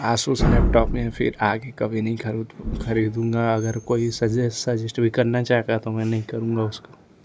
Asus laptop मैं फिर आगे कभी नहीं खरीदूँगा अगर कोई सजेस्ट करना चाहेगा तो मैं नहीं करूंगा उसको